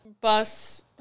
bus